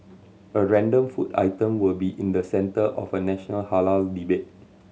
a random food item will be in the centre of a national halal debate